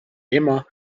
ema